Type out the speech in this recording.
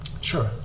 Sure